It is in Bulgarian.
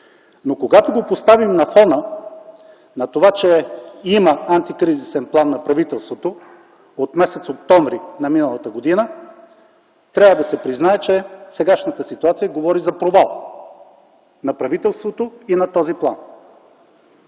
Но когато го поставим на фона на това, че има антикризисен план на правителството от м. октомври м.г., трябва да се признае, че сегашната ситуация говори за провал на правителството и на този план.